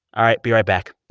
all right. be right back